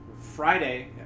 Friday